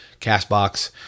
CastBox